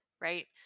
right